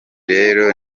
rero